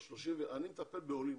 אני מטפל בעולים,